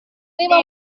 lima